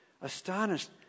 Astonished